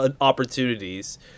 opportunities